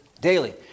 Daily